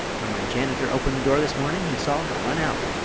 when my janitor opened the door this morning he saw her run out.